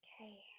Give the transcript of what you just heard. Okay